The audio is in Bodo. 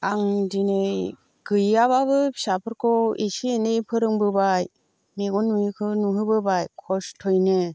आं दिनै गैयाब्लाबो फिसाफोरखौ इसे एनै फोरोंबोबाय मेगन नुयिखौ नुहोबोबाय खस्थ'यैनो